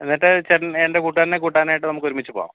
എന്നിട്ട് ചേട്ടൻ എൻ്റെ കൂട്ടുകാരനെ കൂട്ടാനായിട്ട് നമുക്കൊരുമിച്ച് പോകാം